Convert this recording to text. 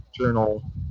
journal